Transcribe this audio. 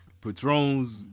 Patrons